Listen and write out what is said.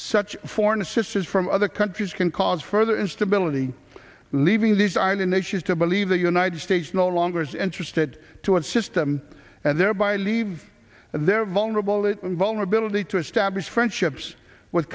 such foreign assistance from other countries can cause further instability leaving these island nations to believe the united states no longer is interested to a system and thereby leave their vulnerable it vulnerability to establish friendships with